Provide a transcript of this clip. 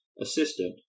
assistant